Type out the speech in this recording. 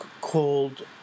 called